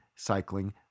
Cycling